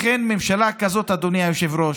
לכן, ממשלה כזאת, אדוני היושב-ראש,